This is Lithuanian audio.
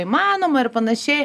įmanoma ir panaši